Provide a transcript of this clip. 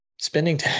spending